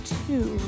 two